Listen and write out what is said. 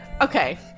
okay